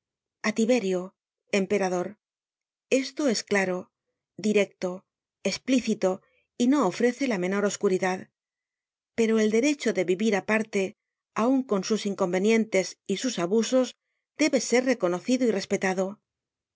á tiberio emperador estoes claro directo esplícito y no ofrece la menor oscuridad pero el derecho de vivir aparte aun con sus inconvenientes y sus abusos debe ser reconocido y respetado